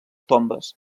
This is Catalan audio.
tombes